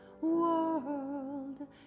world